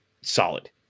solid